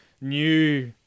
new